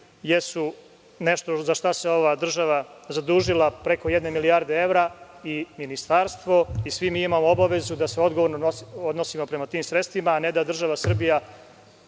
jesu nešto za šta se ova država zadužila preko jedne milijarde evra i ministarstvo i svi mi imamo obavezu da se odgovorno odnosimo prema tim sredstvima, a ne da država Srbija